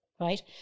right